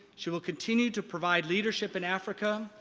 she will continue to provide leadership in africa,